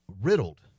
riddled